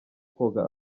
koga